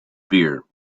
beer